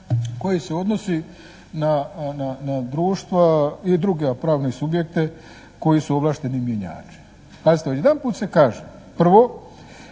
koji se odnosi na društva i druge pravne subjekte koji su ovlašteni mjenjači. Pazite! Odjedanput se kaže: prvo,